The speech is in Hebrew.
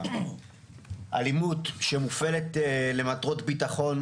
אלימות שמופעלת למטרות ביטחון,